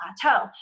plateau